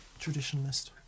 Traditionalist